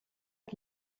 que